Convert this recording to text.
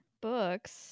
books